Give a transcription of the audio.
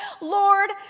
Lord